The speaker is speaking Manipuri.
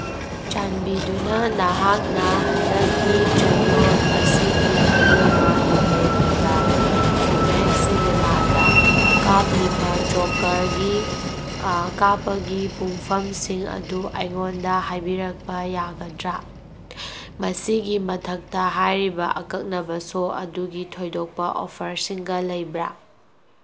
ꯆꯥꯟꯕꯤꯗꯨꯅ ꯅꯍꯥꯛꯅ ꯍꯟꯗꯛꯀꯤ ꯆꯌꯣꯜ ꯑꯁꯤꯒꯤ ꯑꯔꯣꯏꯕ ꯅꯨꯃꯤꯠꯇ ꯀ꯭ꯌꯨꯃꯦꯛꯁ ꯁꯤꯅꯤꯃꯥꯗ ꯀꯥꯞꯂꯤꯕ ꯖꯣꯀꯔꯒꯤ ꯀꯥꯞꯞꯒꯤ ꯄꯨꯡꯐꯝꯁꯤꯡ ꯑꯗꯨ ꯑꯩꯉꯣꯟꯗ ꯍꯥꯏꯕꯤꯔꯛꯄ ꯌꯥꯒꯗ꯭ꯔꯥ ꯃꯁꯤꯒꯤ ꯃꯊꯛꯇ ꯍꯥꯏꯔꯤꯕ ꯑꯀꯛꯅꯕ ꯁꯣ ꯑꯗꯨꯒꯤ ꯊꯣꯏꯗꯣꯛꯄ ꯑꯣꯐꯔꯁꯤꯡꯒ ꯂꯩꯕ꯭ꯔꯥ